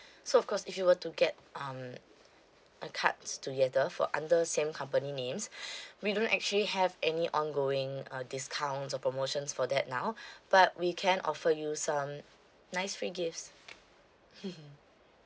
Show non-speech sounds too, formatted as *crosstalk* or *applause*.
so of course if you were to get um uh cards together for under same company names we don't actually have any ongoing uh discounts or promotions for that now but we can offer you some nice free gifts *laughs*